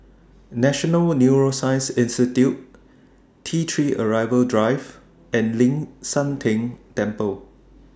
National Neuroscience Institute T three Arrival Drive and Ling San Teng Temple